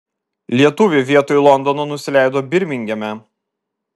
lietuviai vietoj londono nusileido birmingeme